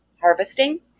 harvesting